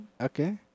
Okay